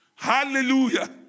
Hallelujah